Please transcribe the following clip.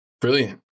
Brilliant